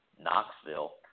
Knoxville